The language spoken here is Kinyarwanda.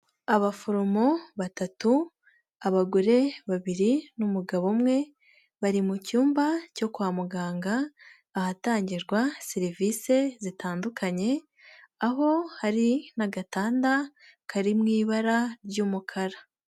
Abaforomo batatu, abagore babiri n'umugabo umwe, bari mu cyumba cyo kwa muganga ahatangirwa serivisi zitandukanye, aho hari n'agatanda kari mu ibara ry'umukara.